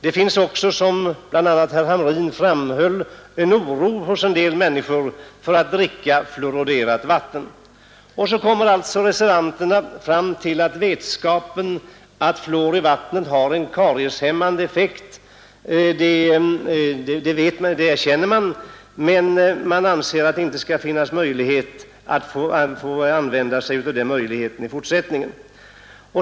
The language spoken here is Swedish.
Det finns vidare, som bl.a. herr Hamrin framhöll, en oro hos en del människor för att dricka fluoriderat vatten. Reservanterna erkänner att fluor i vatten har en karieshämmande effekt men de kommer ändå fram till att man inte bör få använda sig av den möjligheten i fortsättningen.